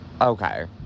okay